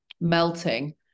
melting